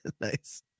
nice